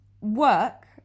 work